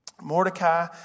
Mordecai